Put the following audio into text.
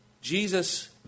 Jesus